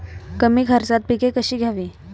कमी खर्चात पिके कशी घ्यावी?